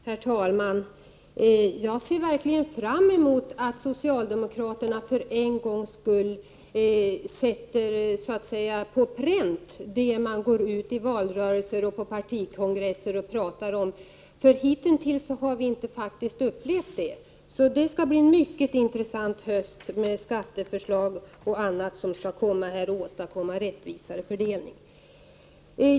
Herr talman! Jag ser verkligen fram emot att socialdemokraterna för en gångs skull sätter på pränt det som de i valrörelsen och på partikongresser går ut och talar om. För hitintills har vi inte upplevt att de har gjort det. Det skall bli en mycket intressant höst med skatteförslag m.m. som skall läggas fram för att åstadkomma en rättvisare fördelning.